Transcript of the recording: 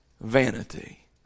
vanity